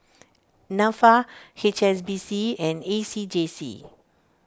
Nafa H S B C and A C J C